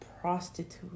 prostitute